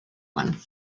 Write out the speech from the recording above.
one